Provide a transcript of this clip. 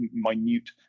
minute